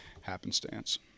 happenstance